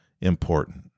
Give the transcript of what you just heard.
important